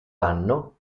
anno